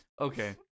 Okay